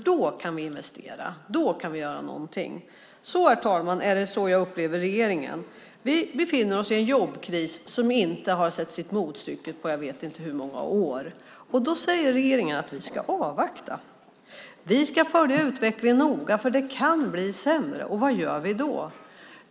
Då kan vi investera och göra någonting. Så, herr talman, är det jag upplever regeringen. Vi befinner oss i en jobbkris som inte har sett sitt motstycke på jag vet inte hur många år, och då säger regeringen att vi ska avvakta, att vi ska följa utvecklingen noga, för det kan bli sämre. Och vad gör vi då?